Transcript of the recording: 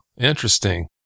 Interesting